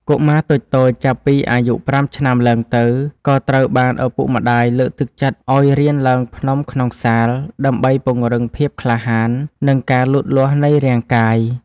កុមារតូចៗចាប់ពីអាយុ ៥ ឆ្នាំឡើងទៅ ក៏ត្រូវបានឪពុកម្តាយលើកទឹកចិត្តឱ្យរៀនឡើងភ្នំក្នុងសាល ដើម្បីពង្រឹងភាពក្លាហាន និងការលូតលាស់នៃរាងកាយ។